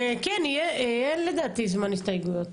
כן, יהיה לדעתי זמן להסתייגויות.